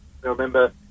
remember